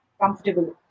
comfortable